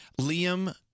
Liam